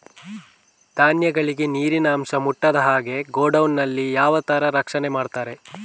ಧಾನ್ಯಗಳಿಗೆ ನೀರಿನ ಅಂಶ ಮುಟ್ಟದ ಹಾಗೆ ಗೋಡೌನ್ ನಲ್ಲಿ ಯಾವ ತರ ರಕ್ಷಣೆ ಮಾಡ್ತಾರೆ?